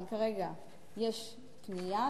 אבל כרגע יש פנייה.